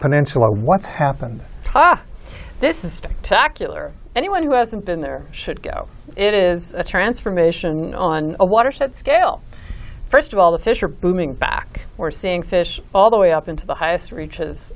peninsula what's happened up this is spectacular anyone who hasn't been there should go it is a transformation on a watershed scale first of all the fish are moving back we're seeing fish all the way up into the highest reaches